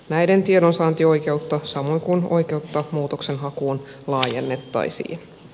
näiden tiedonsaantioikeutta samoin kuin oikeutta muutoksenhakuun laajennettaisiin